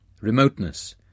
remoteness